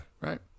Right